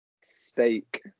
Steak